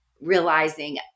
realizing